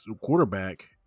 quarterback